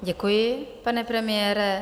Děkuji, pane premiére.